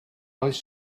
oes